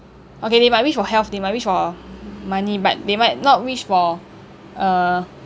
okay they might wish for health they might wish for money but they might not wish for uh